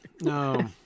No